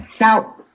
Now